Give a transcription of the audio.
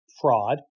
fraud